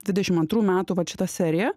dvidešimt antrų metų vat šita serija